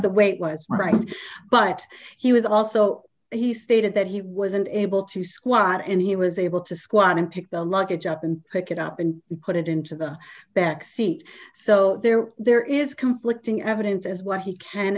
the weight was right but he was also he stated that he wasn't able to squat and he was able to squat in pick the luggage up and pick it up and put it into the back seat so there there is conflicting evidence as what